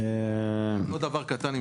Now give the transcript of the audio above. עוד דבר קטן.